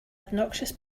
obnoxious